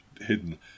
hidden